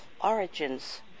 origins